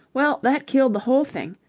well, that killed the whole thing.